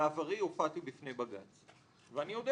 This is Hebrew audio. בעברי הופעתי בפני בג"ץ ואני יודע